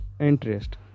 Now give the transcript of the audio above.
interest